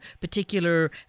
particular